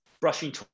brushing